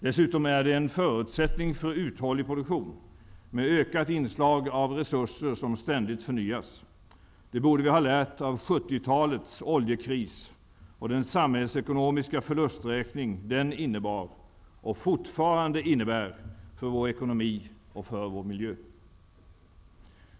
Dessutom är det en förutsättning för uthållig produktion, med ökat inslag av resurser som ständigt förnyas. Det borde vi ha lärt av 70-talets oljekris och den samhällsekonomiska förlusträkning den innebar — och fortfarande innebär — för vår ekonomi och för vår miljö.